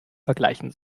vergleichen